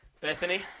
Bethany